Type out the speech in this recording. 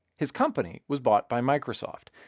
his company was bought by microsoft.